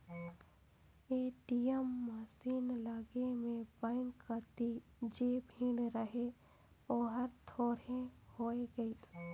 ATM machine लगे में bank कति जे भीड़ रहें ओहर थोरहें होय गईसे